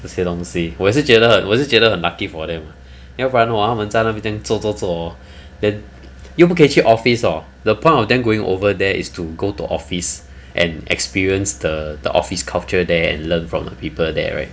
这些东西我也是觉得很我是觉得很 lucky for them 要不然 hor 他们在那边做做做 hor then 有不可以去 office orh the point of them going over there is to go to office and experience the the office culture there and learn from people there right